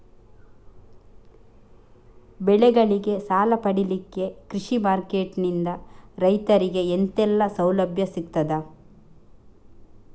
ಬೆಳೆಗಳಿಗೆ ಸಾಲ ಪಡಿಲಿಕ್ಕೆ ಕೃಷಿ ಮಾರ್ಕೆಟ್ ನಿಂದ ರೈತರಿಗೆ ಎಂತೆಲ್ಲ ಸೌಲಭ್ಯ ಸಿಗ್ತದ?